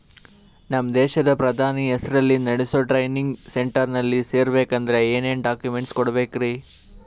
ನಮ್ಮ ದೇಶದ ಪ್ರಧಾನಿ ಹೆಸರಲ್ಲಿ ನೆಡಸೋ ಟ್ರೈನಿಂಗ್ ಸೆಂಟರ್ನಲ್ಲಿ ಸೇರ್ಬೇಕಂದ್ರ ಏನೇನ್ ಡಾಕ್ಯುಮೆಂಟ್ ಕೊಡಬೇಕ್ರಿ?